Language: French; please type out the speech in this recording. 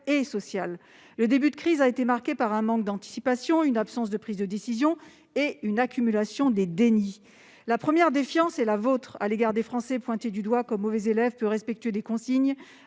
et sociale. Le début de crise a été marqué par un manque d'anticipation, une absence de prise de décision et une accumulation des dénis. La première défiance est la vôtre, monsieur le ministre, c'est une défiance à l'égard des Français, pointés du doigt comme de mauvais élèves peu respectueux des consignes,